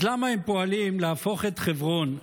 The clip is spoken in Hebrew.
אז למה הם פועלים להפוך את חברון,